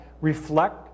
reflect